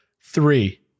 Three